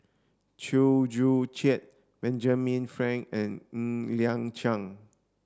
Chew Joo Chiat Benjamin Frank and Ng Liang Chiang